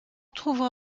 trouvera